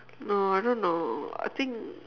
no I don't know I think